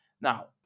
Now